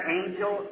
angel